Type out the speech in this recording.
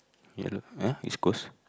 ya lah ah East-Coast